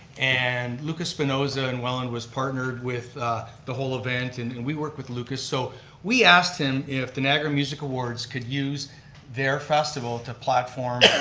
and lucas spinoza, and welland was partnered with the whole event. and and we worked with lucas, so we asked him if the niagara music awards could use their festival to platform,